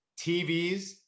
TVs